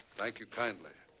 thank you kindly.